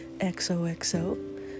XOXO